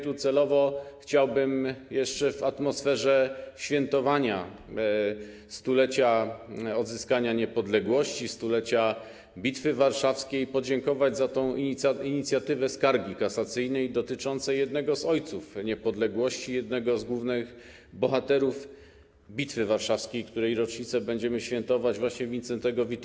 Tu celowo chciałbym jeszcze w atmosferze świętowania stulecia odzyskania niepodległości, stulecia Bitwy Warszawskiej podziękować za tę inicjatywę odnośnie do skargi kasacyjnej dotyczącej jednego z ojców niepodległości, jednego z głównych bohaterów Bitwy Warszawskiej, której rocznicę będziemy świętować, właśnie Wincentego Witosa.